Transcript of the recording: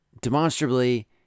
demonstrably